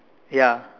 ya